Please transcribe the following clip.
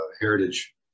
heritage